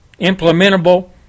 implementable